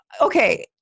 okay